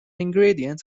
ingredient